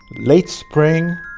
late spring,